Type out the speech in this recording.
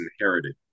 inherited